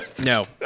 No